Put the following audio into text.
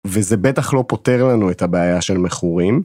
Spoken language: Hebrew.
וזה בטח לא פותר לנו את הבעיה של מכורים.